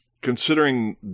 Considering